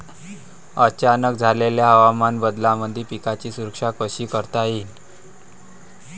अचानक झालेल्या हवामान बदलामंदी पिकाची सुरक्षा कशी करता येईन?